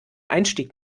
einstieg